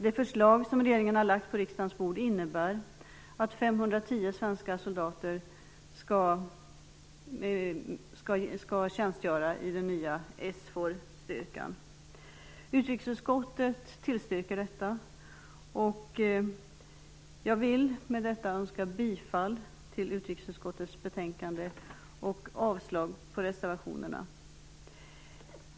Det förslag som regeringen har lagt på riksdagens bord innebär att 510 svenska soldater skall tjänstgöra i den nya SFOR-styrkan. Utrikesutskottet tillstyrker detta. Jag vill med detta yrka bifall till utrikesutskottets hemställan i betänkandet och avslag på reservationerna.